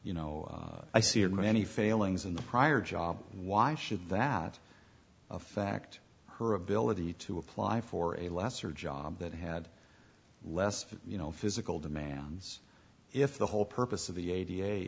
you know i see it many failings in the prior job why should that affect her ability to apply for a lesser job that had less you know physical demands if the whole purpose of the